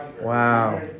Wow